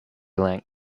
link